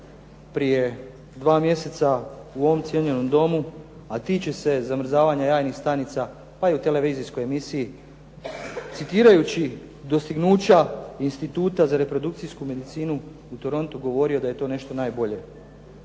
prije 2 mjeseca u ovom cijenjenom Domu, a tiče se zamrzavanja jajnih stanica, pa i u televizijskoj emisiji, citirajući dostignuća Instituta za reprodukcijsku medicinu u Torontu govorio da je to nešto najbolje